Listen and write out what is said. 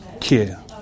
care